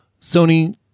Sony